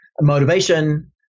motivation